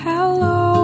Hello